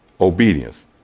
Obedience